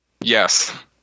Yes